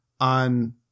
on